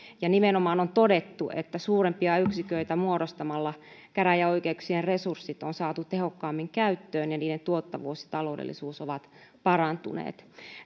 ja nimenomaan on todettu että suurempia yksiköitä muodostamalla käräjäoikeuksien resurssit on saatu tehokkaammin käyttöön ja niiden tuottavuus ja taloudellisuus ovat parantuneet